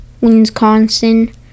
Wisconsin